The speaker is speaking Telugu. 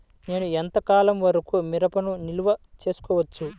నేను ఎంత కాలం వరకు మిరపను నిల్వ చేసుకోవచ్చు?